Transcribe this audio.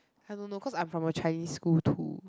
I don't know course I'm from a Chinese school too